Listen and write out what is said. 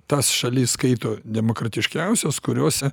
tas šalis skaito demokratiškiausios kuriose